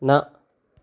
न